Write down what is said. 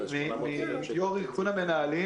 יושב-ראש איגוד המנהלים,